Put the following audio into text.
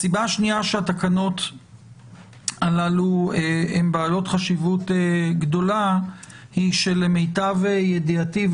הסיבה השנייה שהתקנות הללו הן בעלות חשיבות גדולה היא שלמיטב ידיעתי,